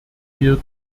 wir